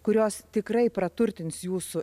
kurios tikrai praturtins jūsų